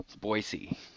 Boise